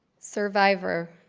survivor